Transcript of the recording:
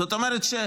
זאת אומרת,